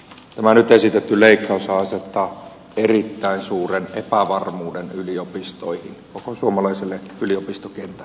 tämä nyt esitetty leikkaushan asettaa erittäin suuren epävarmuuden yliopistoihin koko suomalaiselle yliopistokentälle